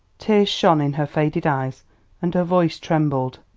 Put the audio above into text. tears shone in her faded eyes and her voice trembled.